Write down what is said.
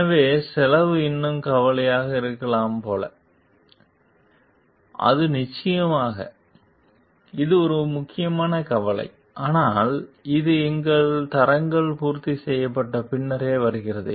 எனவே செலவு இன்னும் கவலையாக இருக்கலாம் போல அது நிச்சயமாக இது ஒரு முக்கியமான கவலை ஆனால் இது எங்கள் தரங்கள் பூர்த்தி செய்யப்பட்ட பின்னரே வருகிறது